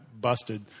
busted